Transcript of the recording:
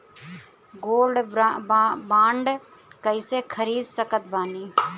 Gold bond कईसे खरीद सकत बानी?